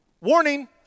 Warning